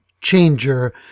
changer